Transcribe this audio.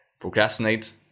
procrastinate